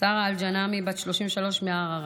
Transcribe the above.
שרה אל-ג'נאמי, בת 33 מערערה,